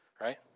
right